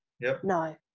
no